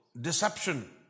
deception